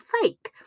fake